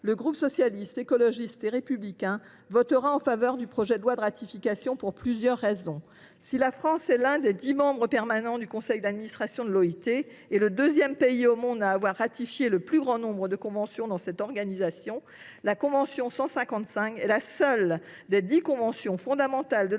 le groupe Socialiste, Écologiste et Républicain votera en faveur du projet de loi de ratification pour plusieurs raisons. Si la France est l’un des dix membres permanents du conseil d’administration de l’OIT et le deuxième pays au monde en nombre de ratifications de conventions de cette organisation, la convention n° 155 est la seule des dix conventions fondamentales de